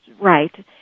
Right